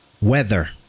Weather